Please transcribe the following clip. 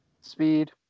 Speed